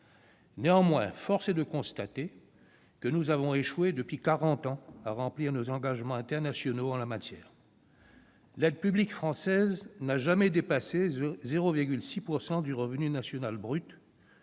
Néanmoins, force est de constater que nous avons échoué depuis quarante ans à remplir nos engagements internationaux en la matière. L'aide publique française n'a jamais dépassé 0,6 % du revenu national brut,